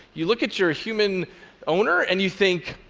you look at your human owner and you think,